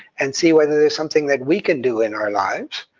and see whether there's something that we can do in our lives,